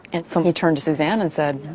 and so he turned to susanne and said,